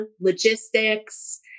logistics